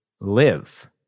live